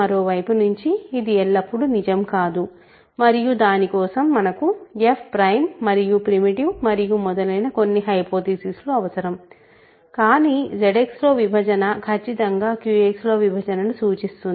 మరోవైపు నుంచి ఇది ఎల్లప్పుడూ నిజం కాదు మరియు దాని కోసం మనకు f ప్రైమ్ మరియు ప్రిమిటివ్ మరియు మొదలైన కొన్ని హైపోథీసిస్ లు అవసరం కానీ ZX లో విభజన ఖచ్చితంగా QX లో విభజనను సూచిస్తుంది